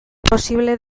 posible